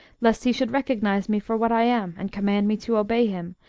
lest he should recognise me for what i am and command me to obey him,